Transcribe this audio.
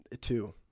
Two